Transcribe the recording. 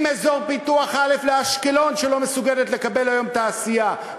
עם אזור פיתוח א' לאשקלון שלא מסוגלת לקבל היום תעשייה,